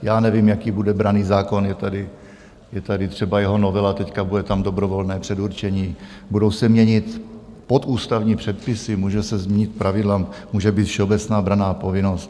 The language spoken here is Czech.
Já nevím, jaký bude branný zákon, je tady třeba jeho novela teď, bude tam dobrovolné předurčení, budou se měnit podústavní předpisy, můžou se změnit pravidla, může být všeobecná branná povinnost.